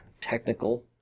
technical